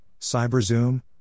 CyberZoom